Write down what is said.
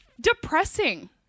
depressing